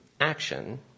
action